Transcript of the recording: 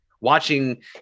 watching